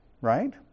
right